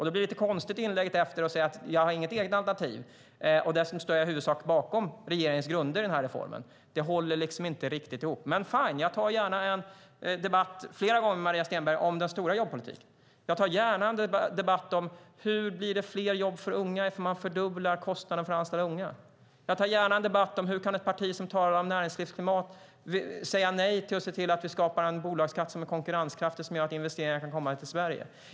Det blir det lite konstigt att säga i inlägget efter att man inte har något eget alternativ och att man dessutom i huvudsak står bakom regeringens grunder i den här reformen. Det håller inte riktigt ihop. Jag tar gärna fler debatter med Maria Stenberg om den stora jobbpolitiken. Jag tar gärna en debatt om hur det blir fler jobb för unga om man fördubblar kostnaden för att anställa dem. Jag tar gärna en debatt om hur ett parti som talar om näringslivsklimat kan säga nej till att vi skapar en bolagsskatt som är konkurrenskraftig och som gör att investeringar kan komma till Sverige.